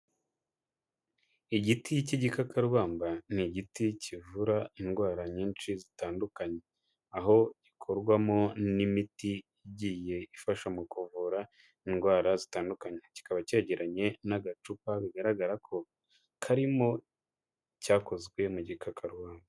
Igiti cy'igikakabamba ni igiti kivura indwara nyinshi zitandukanye. Aho gikorwamo n'imiti igiye ifasha mu kuvura indwara zitandukanye. Kikaba cyegeranye n'agacupa bigaragara ko karimo icyakozwe mu gikakarubanda.